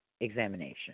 examination